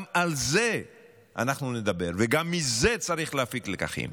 גם על זה אנחנו נדבר, וגם מזה צריך להפיק לקחים.